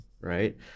right